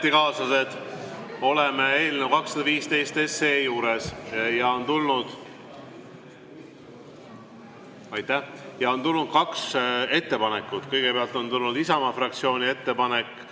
ametikaaslased, oleme eelnõu 215 juures. On tulnud kaks ettepanekut. Kõigepealt on tulnud Isamaa fraktsiooni ettepanek